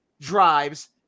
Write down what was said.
drives